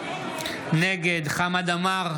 נגד חמד עמאר,